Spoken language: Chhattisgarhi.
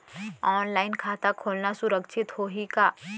ऑनलाइन खाता खोलना सुरक्षित होही का?